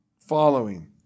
following